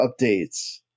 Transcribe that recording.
updates